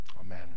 Amen